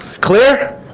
Clear